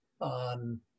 on